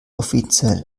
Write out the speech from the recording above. offiziell